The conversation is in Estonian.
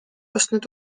ostnud